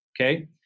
Okay